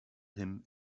him